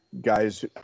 guys